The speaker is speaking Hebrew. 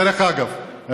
דרך אגב,